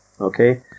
Okay